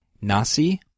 Nasi